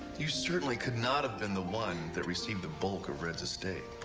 you certainly could not have been the one. that received the bulk of red's estate.